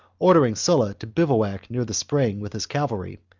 ordering sulla to bivouac near the spring with his cavalry,